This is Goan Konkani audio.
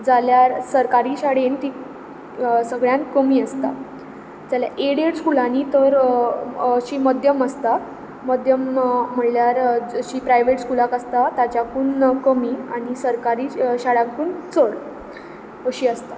जाल्यार सरकारी शाळेंत ती सगळ्यांत कमी आसता जाल्यार एडेड स्कुलांनी तर अशी मध्यम आसता मध्यम म्हणल्यार जशी प्रायवेट स्कुलाक आसता ताच्याकून कमी आनी सरकारी शाळांकून चड अशी आसता